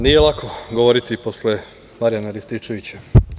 Nije lako govoriti posle Marjana Rističevića.